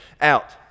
out